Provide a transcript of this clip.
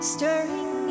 Stirring